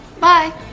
Bye